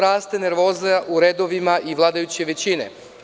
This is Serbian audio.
Raste nervoza u redovima vladajuće većine.